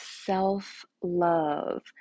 self-love